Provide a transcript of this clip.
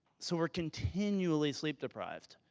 so we're continually sleep-deprived.